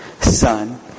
Son